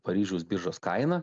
paryžiaus biržos kaina